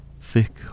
thick